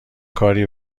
کاری